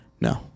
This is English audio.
No